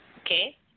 Okay